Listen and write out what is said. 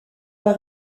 pas